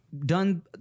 done